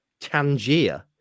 Tangier